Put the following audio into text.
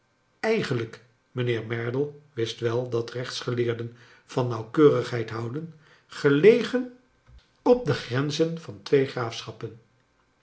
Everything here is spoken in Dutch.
eigenlijk mijnheer merdle wist wel dat reehtsgeleerden van nauwkeurig heid houden gelegeu up de grcn i zen van twee